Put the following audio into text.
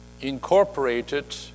incorporated